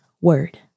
word